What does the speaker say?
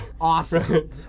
Awesome